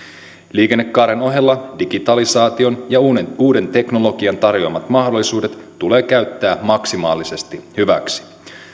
liikennekaaren ohella digitalisaation ja uuden teknologian tarjoamat mahdollisuudet tulee käyttää maksimaalisesti hyväksi